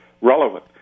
relevant